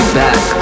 back